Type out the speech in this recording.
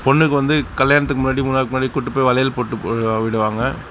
பெண்ணுக்கு வந்து கல்யாணத்துக்கு முன்னாடியே மூணு நாளுக்கு முன்னாடியே கூட்டுகிட்டு போய் வளையல் போட்டு விடுவாங்க